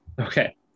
okay